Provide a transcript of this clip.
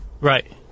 Right